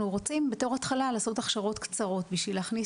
אז אנחנו רוצים בתור התחלה לעשות הכשרות קצרות בשביל להכניס